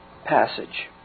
passage